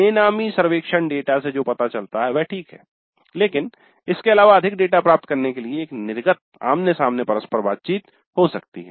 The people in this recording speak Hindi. बेनामी सर्वेक्षण डेटा से जो पता चलता है वह ठीक है लेकिन इसके अलावा अधिक डेटा प्राप्त करने के लिए एक निर्गत आमने सामने परस्पर बातचीत हो सकती है